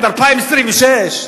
עד 2026?